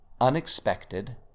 unexpected